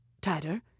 Tighter